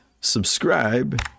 subscribe